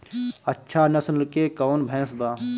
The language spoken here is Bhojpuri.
अच्छा नस्ल के कौन भैंस बा?